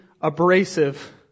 abrasive